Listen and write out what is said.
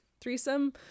threesome